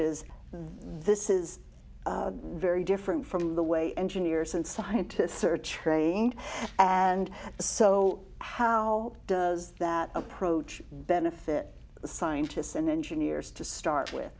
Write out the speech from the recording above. es this is very different from the way engineers and scientists are trained and so how does that approach benefit scientists and engineers to start with